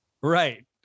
right